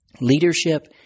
Leadership